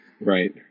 Right